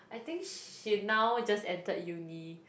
I think she now just entered uni